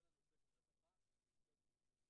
שנכנסים להאשמות,